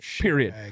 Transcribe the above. Period